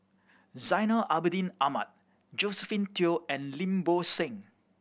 Zainal Abidin Ahmad Josephine Teo and Lim Bo Seng